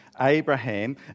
Abraham